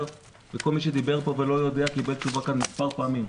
כל מי שדיבר פה ולא יודע קיבל תשובה כאן מספר פעמים,